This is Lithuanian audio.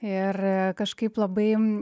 ir kažkaip labai